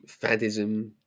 fadism